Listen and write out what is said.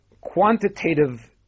quantitative